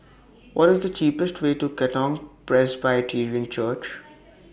What IS The cheapest Way to Katong Presbyterian Church